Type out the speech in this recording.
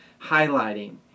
highlighting